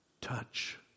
touch